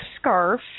scarf